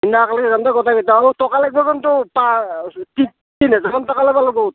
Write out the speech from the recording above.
সেইদিনা একেলগে যাম দেই গোটেইকেইটা অঁ টকা লাগব কিন্তু পা তিনিহেজাৰ মান টকা লবা লগত